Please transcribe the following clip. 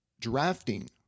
drafting